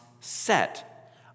set